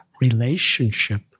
relationship